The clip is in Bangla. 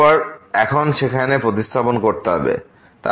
তাই আমাদের এখন সেখানে প্রতিস্থাপন করতে হবে